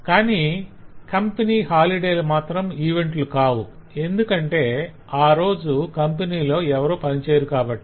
కాని కంపెనీ హలిడేలు మాత్రం ఈవెంట్లు కావు ఎందుకంటే ఆ రోజు కంపెనీ లో ఎవరూ పనిచేయరు కాబట్టి